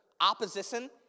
opposition